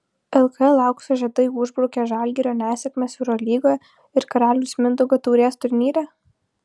lkl aukso žiedai užbraukė žalgirio nesėkmes eurolygoje ir karaliaus mindaugo taurės turnyre